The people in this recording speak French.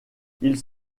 ils